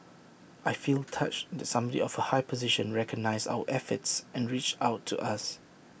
I feel touched that someday of A high position recognised our efforts and reached out to us